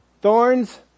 Thorns